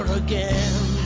again